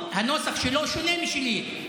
הוא, הנוסח שלו שונה משלי.